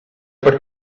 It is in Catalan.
per